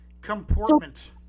Comportment